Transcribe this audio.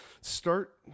start